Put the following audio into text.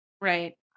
right